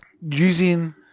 using –